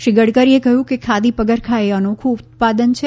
શ્રી ગડકરીએ કહ્યુ કે ખાદી પગરખા એ અનોખુ ઉત્પાદન છે